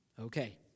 Okay